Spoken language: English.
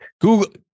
Google